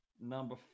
number